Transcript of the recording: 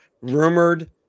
rumored